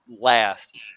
last